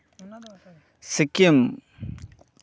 Sikkim